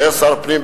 שהיה שר הפנים,